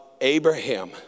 Abraham